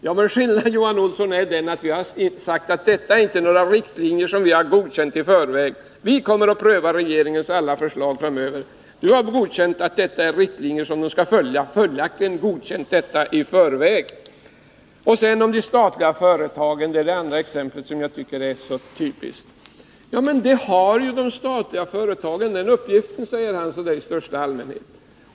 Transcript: Skillnaden är den, Johan Olsson, att vi har sagt att detta är inte några riktlinjer som vi har godkänt i förväg. Vi kommer att pröva regeringens alla förslag framöver. Johan Olsson har godkänt riktlinjer i förväg, men vi har inte gjort det. Det andra exemplet som jag tycker är så typiskt gäller de statliga företagen. Ja, men den uppgiften har ju de statliga företagen, säger Johan Olsson.